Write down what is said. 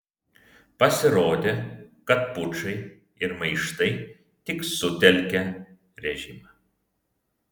pasirodė kad pučai ir maištai tik sutelkia režimą